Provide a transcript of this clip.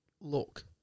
look